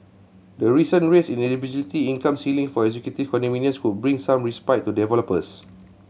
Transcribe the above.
the recent raise in eligibility income ceiling for executive condominiums could bring some respite to developers